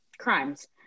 crimes